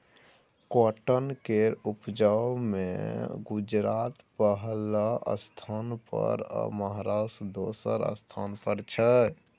cotton केर उपजा मे गुजरात पहिल स्थान पर आ महाराष्ट्र दोसर स्थान पर छै